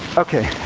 ok.